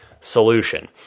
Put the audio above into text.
solution